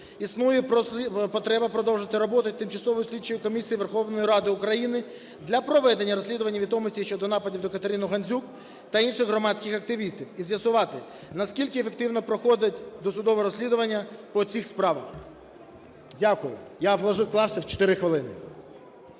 Існує потреба продовжити роботу Тимчасової слідчої комісії Верховної Ради України для проведення розслідувань відомостей щодо нападів на КатеринуГандзюк та інших громадських активістів і з'ясувати, наскільки ефективно проходить досудове розслідування по цих справах. Дякую. Я вклався в 4 хвилини.